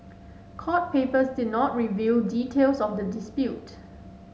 court papers did not reveal details of the dispute